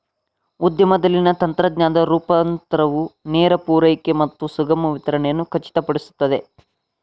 ಉದ್ಯಮದಲ್ಲಿನ ತಂತ್ರಜ್ಞಾನದ ರೂಪಾಂತರವು ನೇರ ಪೂರೈಕೆ ಮತ್ತು ಸುಗಮ ವಿತರಣೆಯನ್ನು ಖಚಿತಪಡಿಸುತ್ತದೆ